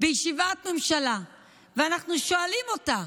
בישיבת ממשלה ואנחנו שואלים אותה: